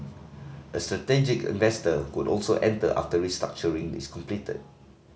a strategic investor could also enter after restructuring is completed